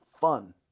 fun